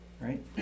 right